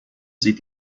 sie